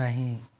नहीं